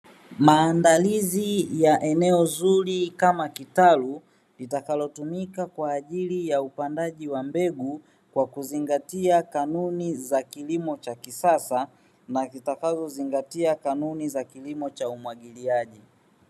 Maandalizi ya eneo zuri kama kitalu litakalotumika kwa ajili ya upandaji wa mbegu kwa kuzingatia kanuni za kilimo cha kisasa, na kitakazozingatia kanuni za kilimo cha umwagiliaji.